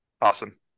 Awesome